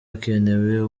hakenewe